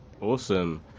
Awesome